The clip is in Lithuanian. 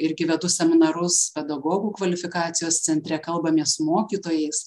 irgi vedu seminarus pedagogų kvalifikacijos centre kalbamės su mokytojais